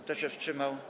Kto się wstrzymał?